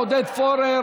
עודד פורר